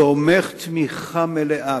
הוא תומך תמיכה מלאה.